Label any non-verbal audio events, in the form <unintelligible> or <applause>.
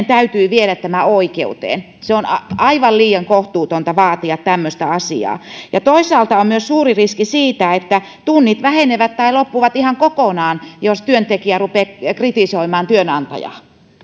<unintelligible> täytyy viedä tämä oikeuteen on aivan liian kohtuutonta vaatia tämmöistä asiaa toisaalta on myös suuri riski siitä että tunnit vähenevät tai loppuvat ihan kokonaan jos työntekijä rupeaa kritisoimaan työnantajaa